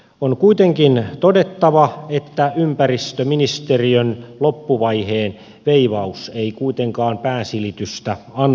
on kuitenkin todettava että ympäristöministeriön loppuvaiheen veivaus ei päänsilitystä ansaitse